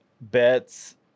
bets